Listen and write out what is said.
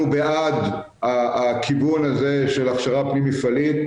אנחנו בעד הכיוון הזה של הכשרה פנים-מפעלית.